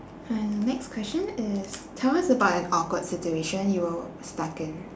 uh next question is tell us about an awkward situation you were stuck in